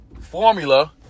Formula